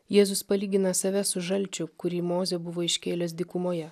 jėzus palygina save su žalčiu kurį mozė buvo iškėlęs dykumoje